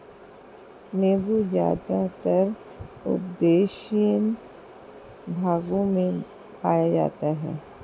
नीबू ज़्यादातर उष्णदेशीय भागों में पाया जाता है